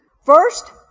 First